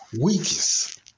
weakest